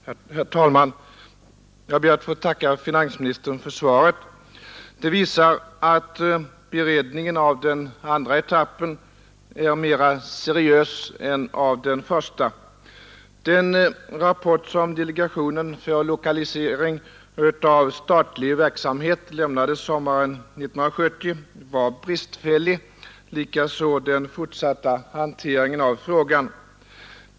Herr talman! Jag ber att få tacka finansministern för svaret. Det visar att beredningen av den andra etappen är mera seriös än beredningen av den första. Den rapport som delegationen för lokalisering av statlig verksamhet lämnade sommaren 1970 var bristfällig, likaså den fortsatta hanteringen av frågan.